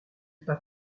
pas